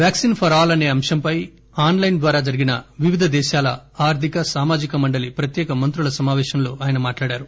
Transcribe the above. vaccine for all అసే అంశంపై online ద్వారా జరిగిన వివిధ దేశాల ఆర్టిక సామాజిక మండలి ప్రత్యేక మంత్రుల సమాపేశంలో ఆయన మాట్లాడారు